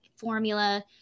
formula